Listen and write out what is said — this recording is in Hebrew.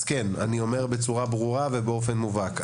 כן, אני אומר בצורה ברורה ובאופן מובהק.